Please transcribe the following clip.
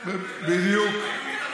בדיוק.